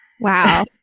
wow